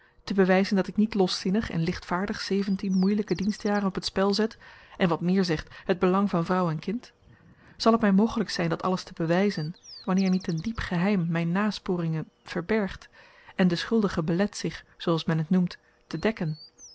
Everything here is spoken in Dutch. te bewyzen dat ik niet loszinnig en lichtvaardig zeventien moeielyke dienstjaren op t spel zet en wat meer zegt het belang van vrouw en kind zal t my mogelyk zyn dat alles te bewyzen wanneer niet een diep geheim myn nasporingen verbergt en den schuldige belet zich zooals men t noemt te dekken